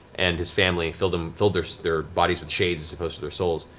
and his family. filled um filled their so their bodies with shades as opposed to their souls.